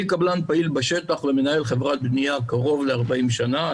אני קבלן פעיל בשטח ומנהל חברת בנייה קרוב ל-40 שנה.